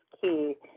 key